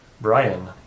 Brian